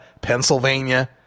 Pennsylvania